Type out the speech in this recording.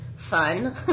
Fun